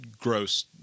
gross